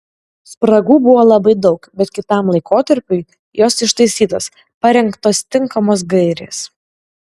spragų buvo labai daug bet kitam laikotarpiui jos ištaisytos parengtos tinkamos gairės